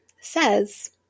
says